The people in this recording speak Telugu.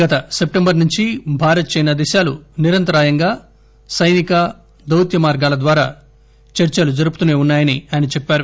గత సెప్టెంబర్ నుంచి భారత్ చైనా దేశాలు నిరంతరాయంగా సైనిక దౌత్య మార్గాల ద్వారా చర్చలు జరుపుతూసే ఉన్నాయని ఆయన చెప్పారు